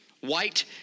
White